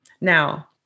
Now